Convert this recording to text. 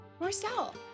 Marcel